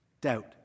doubt